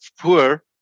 poor